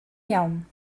iawn